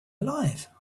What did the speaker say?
alive